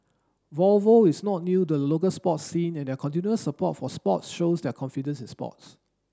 Volvo is not new to the local sport scene and their continuous support for sports shows their confidence in sports